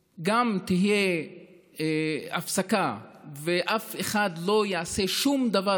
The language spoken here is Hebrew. שתהיה הפסקה ואף אחד לא יעשה שום דבר,